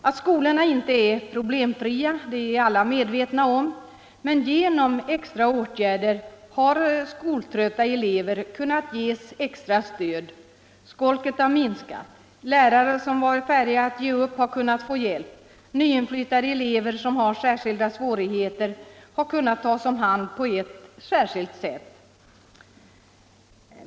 Att skolorna inte är problemfria är alla medvetna om. Men genom extra åtgärder har skoltrötta elever kunnat få stöd. Skolket har minskat. Lärare som varit färdiga att ge upp har kunnat få hjälp. Nyinflyttade elever med speciella svårigheter har kunnat tas om hand på ett särskilt sätt.